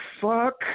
Fuck